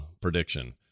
prediction